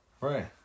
Right